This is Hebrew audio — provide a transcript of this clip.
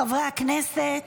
חברי הכנסת,